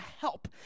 help